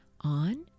on